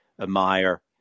admire